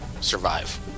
survive